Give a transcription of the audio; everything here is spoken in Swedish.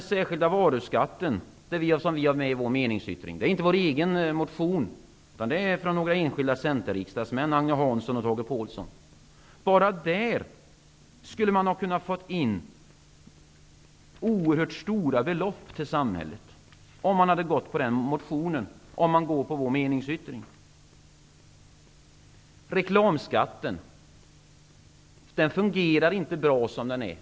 Den särskilda varuskatt som vi tar upp i vår meningsyttring är inte vårt eget förslag, utan det kommer från en motion av centerriksdagsmännen Agne Hansson och Tage Påhlsson. Man skulle ha fått in oerhört stora belopp till samhället bara om man hade bifallit den motionen och vår meningsyttring. Reklamskatten fungerar inte bra som den är.